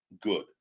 good